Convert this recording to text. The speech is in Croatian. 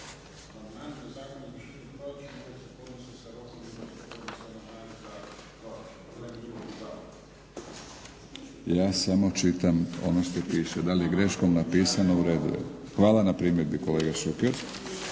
Ja samo čitam ono što piše, da li je greškom napisano u redu je. Hvala na primjedbi kolega Šuker.